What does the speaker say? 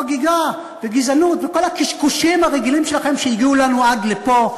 חגיגה וגזענות וכל הקשקושים הרגילים שלכם שהגיעו לנו עד לפה.